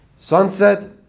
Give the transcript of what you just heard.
sunset